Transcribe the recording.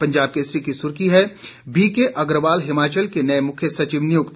पंजाब केसरी की सुर्खी है बीके अग्रवाल हिमाचल के नए मुख्य सचिव नियुक्त